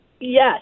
Yes